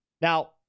Now